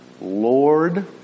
Lord